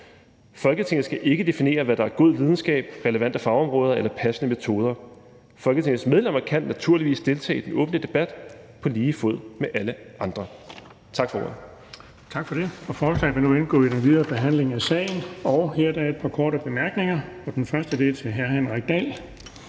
Folketinget skal ikke definere, hvad der er god videnskab, relevante fagområder eller passende metoder. Folketingets medlemmer kan naturligvis deltage i den åbne debat på lige fod med alle andre.« (Forslag